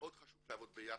מאוד חשוב לעבוד ביחד.